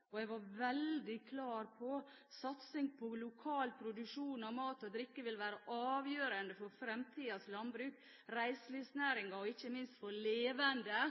dem. Jeg var veldig klar på at satsing på lokal produksjon av mat og drikke vil være avgjørende for fremtidens landbruk, reiselivsnæringen og ikke minst for levende